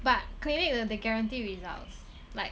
but clinic 的 they guarantee results like